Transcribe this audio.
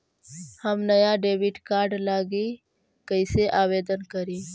हम नया debit card लागी कईसे आवेदन करी?